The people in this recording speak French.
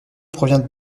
provient